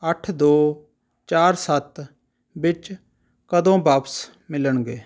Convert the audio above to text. ਅੱਠ ਦੋ ਚਾਰ ਸੱਤ ਵਿੱਚ ਕਦੋਂ ਵਾਪਸ ਮਿਲਣਗੇ